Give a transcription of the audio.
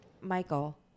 Michael